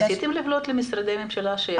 ניסיתם לפנות למשרדי ממשלה שיגדירו אתכם כחיוניים?